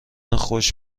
خشک